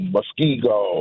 Muskego